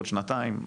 בעוד שנתיים?